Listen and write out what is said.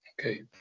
Okay